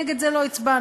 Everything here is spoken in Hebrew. נגד זה לא הצבענו.